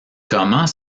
comment